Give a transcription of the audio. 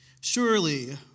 Surely